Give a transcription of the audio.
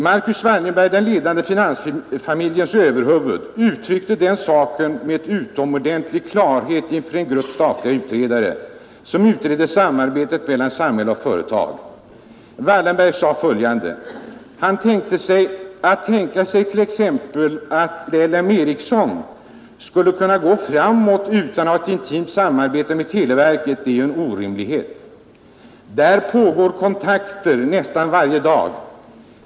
Marcus Wallenberg, den ledande finansfamiljens överhuvud, uttryckte den saken med utomordentlig klarhet inför en grupp statliga utredare som utredde samarbetet mellan samhälle och företag. Wallenberg sade: ”Att tänka sig t.ex. att L M Ericsson skulle kunna gå framåt utan att ha ett intimt samarbete med televerket är ju en orimlighet. Där pågår kontakter nästan varenda dag.